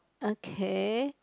okay